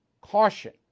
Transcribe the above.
Caution